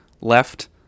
left